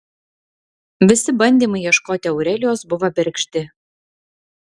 visi bandymai ieškoti aurelijos buvo bergždi